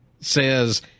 says